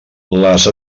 les